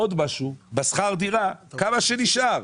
עוד משהו, בשכר דירה, כמה שנשאר.